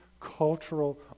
cultural